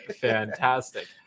fantastic